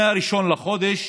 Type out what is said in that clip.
מ-1 בחודש